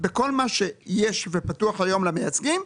בכל מה שיש ופתוח היום למייצגים.